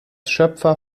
schöpfer